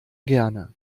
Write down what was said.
gerne